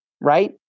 right